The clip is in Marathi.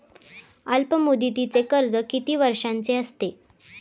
अल्पमुदतीचे कर्ज किती वर्षांचे असते?